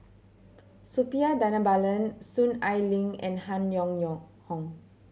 Suppiah Dhanabalan Soon Ai Ling and Han Yong Yong Hong